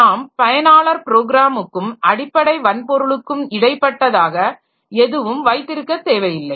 நாம் பயனாளர் ப்ரோக்ராமுக்கும் அடிப்படை வன்பொருளுக்கும் இடைப்பட்டதாக எதுவும் வைத்திருக்கத் தேவையில்லை